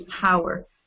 power